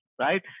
right